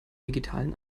digitalen